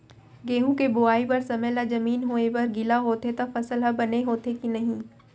गेहूँ के बोआई बर समय ला जमीन होये बर गिला होथे त फसल ह बने होथे की नही?